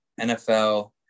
NFL